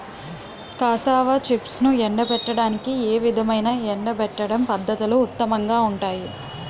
Cassava చిప్స్ను ఎండబెట్టడానికి ఏ విధమైన ఎండబెట్టడం పద్ధతులు ఉత్తమంగా ఉంటాయి?